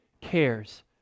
cares